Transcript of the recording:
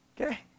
Okay